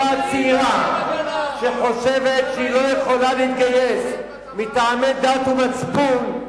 אותה צעירה שחושבת שהיא לא יכולה להתגייס מטעמי דת ומצפון,